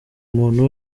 umuntu